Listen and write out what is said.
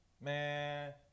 Man